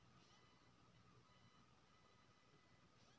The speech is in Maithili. अभी टमाटर के प्रति किलो औसत भाव की छै?